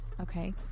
Okay